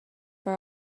for